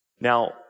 Now